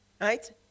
right